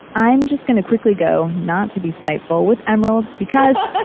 i'm just going to quickly go, not to be spiteful, with emeralds because,